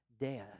death